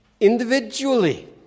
Individually